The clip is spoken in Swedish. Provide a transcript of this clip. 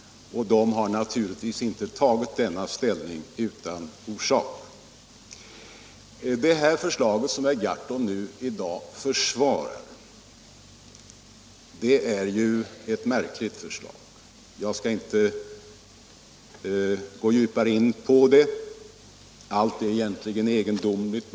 De har naturligtivs inte tagit denna ställning utan orsak. Det förslag som herr Gahrton i dag försvarar är ett märkligt förslag. Men jag skall inte gå djupare in på det nu. Allt är egentligen egendomligt.